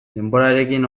denborarekin